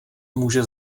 může